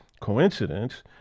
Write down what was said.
coincidence